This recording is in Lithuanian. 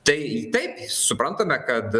tai taip suprantame kad